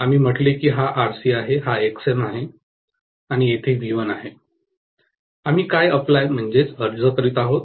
आम्ही म्हटले की हा आरसी आहे हा एक्सएम आहे आणि येथे व्ही1 आहे आम्ही काय लागू करीत आहोत